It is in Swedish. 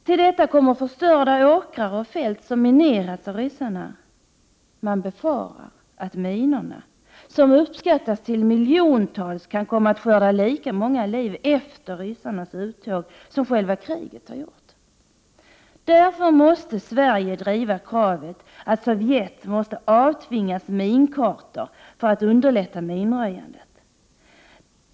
Till detta kommer förstörda åkrar och fält som minerats av ryssarna. Man befarar att minorna, som uppskattas till miljontals, kan komma att skörda lika många liv efter ryssarnas uttåg som själva kriget har gjort. Därför måste Sverige driva kravet att Sovjet måste avtvingas minkartor för att underlätta minröjandet.